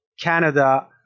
Canada